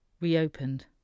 reopened